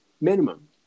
Minimum